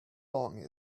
long